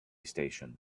station